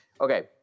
okay